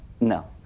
no